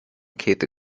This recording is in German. käthe